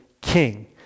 king